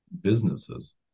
businesses